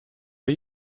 are